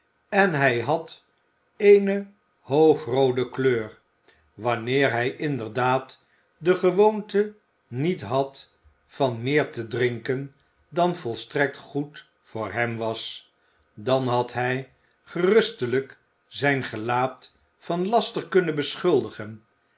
en hij had eene hoogroode kleur wanneer hij inderdaad de gewoonte niet had van meer te drinken dan volstrekt goed voor hem was dan had hij gerustflijk zijn gelaat van laster kunnen beschuldigen